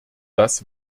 das